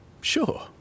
sure